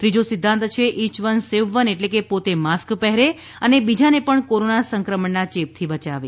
ત્રીજો સિદ્ધાંત છે ઇચ વન સેવ વન એટલે કે પોતે માસ્ક પહેરે અને બીજાને પણ કોરોના સંક્રમણના ચેપથી બચાવે